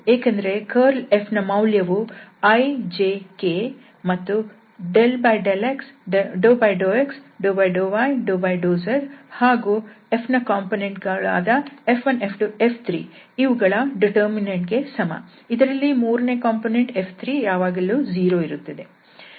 ಏಕೆಂದರೆ curlF ನ ಮೌಲ್ಯವು i j k ಮತ್ತು ∂x∂y∂z ಹಾಗೂ Fನ ಕಾಂಪೊನೆಂಟ್ಗಳಾದ F1 F2ಹಾಗೂ F3ಮೂರನೇ ಕಾಂಪೊನೆಂಟ್ ಯಾವಾಗಲೂ 0 ಇರುತ್ತದೆ ಇವುಗಳ ಡಿಟರ್ಮಿನಂಟ್ಗೆ ಸಮ